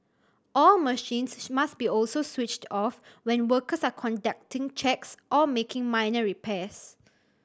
all machines must also be switched off when workers are conducting checks or making minor repairs